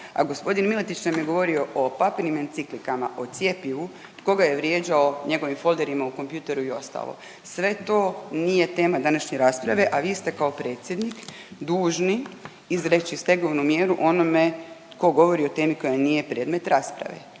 a gospodin Miletić nam je govorio papinim enciklikama, o cjepivu, tko ga je vrijeđao njegovim folderima u kompjuteru i ostalo. Sve to nije tema današnje rasprave, a vi ste kao predsjednik dužni izreći stegovnu mjeru onome tko govori o temi koja nije predmet rasprave.